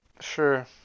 Sure